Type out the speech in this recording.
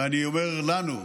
ואני אומר לנו,